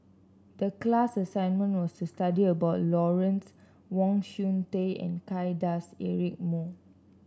the class assignment was to study about Lawrence Wong Shyun Tsai and Kay Das Eric Moo